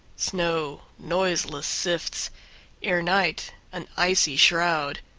snow noiseless sifts ere night, an icy shroud,